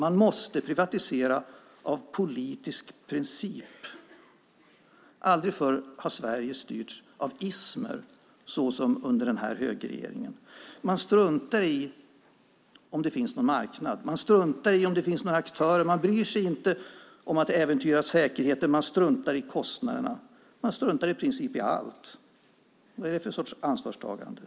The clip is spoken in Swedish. Man måste privatisera av politisk princip. Aldrig förr har Sverige styrts av ismer så som under den här högerregeringen. Man struntar i om det finns någon marknad. Man struntar i om det finns några aktörer. Man bryr sig inte om att man äventyrar säkerheten. Man struntar i kostnaderna. Man struntar i princip i allting. Vad är det för sorts ansvarstagande?